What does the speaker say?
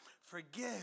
Forgive